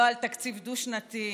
לא על תקציב דו-שנתי.